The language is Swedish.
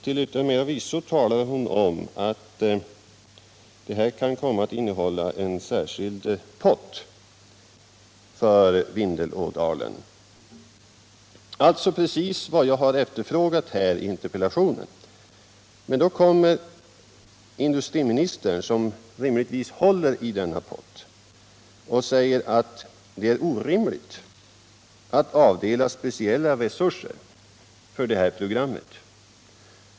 Till yttermera visso sade hon att detta kunde komma att innebära en särskild pott för Vindelådalen. Det är alltså precis vad jag har frågat efter i interpellationen. Men nu säger industriministern, som rimligtvis håller i denna pott, att det är orimligt att avdela speciella resurser för det här programmet.